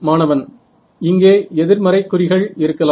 மாணவன் இங்கே எதிர்மறை குறிகள் இருக்கலாம்